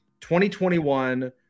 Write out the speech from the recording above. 2021